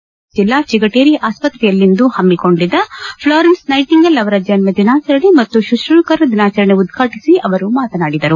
ದಾವಣೆಗೆರೆ ಜಿಲ್ಲಾ ಚಿಗಟೇರಿ ಆಸ್ಪತ್ರೆಯಲ್ಲಿಂದು ಹಮ್ಮಿಕೊಂಡಿದ್ದ ಫ್ಲಾರೆನ್ಸ್ನೆಟಿಂಗೆಲ್ ಅವರ ಜನ್ನ ದಿನಾಚರಣೆ ಮತ್ತು ಶುಶ್ರೂಷಕರ ದಿನಾಚರಣೆ ಉದ್ವಾಟು ಅವರು ಮಾತನಾಡಿದರು